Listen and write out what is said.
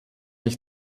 ich